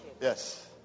Yes